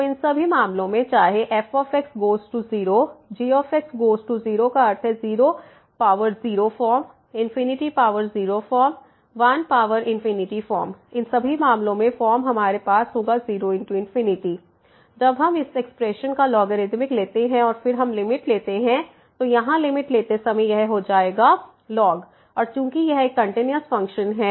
तो इन सभी मामलों में चाहे f goes to 0g goes to 0 का अर्थ है 00फॉर्म 0 फॉर्म 1 फॉर्म इन सभी मामलों में फॉर्म हमारे पास होगा 0×∞ जब हम इस एक्सप्रेशन का लॉगरिदमिक लेते हैं और फिर हम लिमिट लेते हैं तो यहाँ लिमिट लेते समय यह हो जाएगा ln और चूंकि यह एक कंटिन्यूस फ़ंक्शन है